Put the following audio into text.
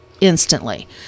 instantly